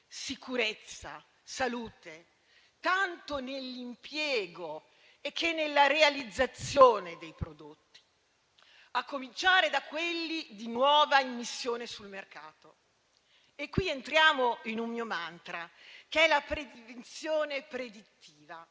sicurezza e salute, tanto nell'impiego che nella realizzazione dei prodotti, a cominciare da quelli di nuova immissione sul mercato. Al riguardo entriamo in un mio *mantra,* quello della prevenzione predittiva,